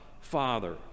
Father